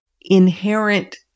inherent